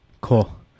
Cool